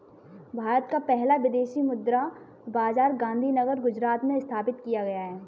भारत का पहला विदेशी मुद्रा बाजार गांधीनगर गुजरात में स्थापित किया गया है